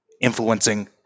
influencing